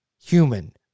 human